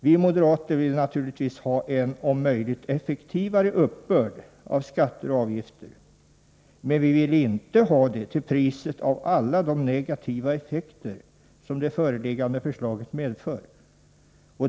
Vi moderater vill naturligtvis ha en om möjligt effektivare uppbörd av skatter och avgifter. Men vi vill inte ha det till priset av alla de negativa effekter som det föreliggande förslaget medför.